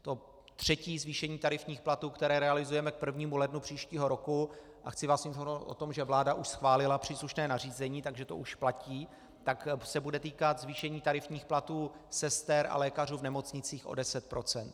To třetí zvýšení tarifních platů, které realizujeme k 1. lednu příštího roku a chci vás informovat o tom, že vláda už schválila příslušné nařízení, takže to už platí se bude týkat zvýšení tarifních platů sester a lékařů v nemocnicích o 10 %.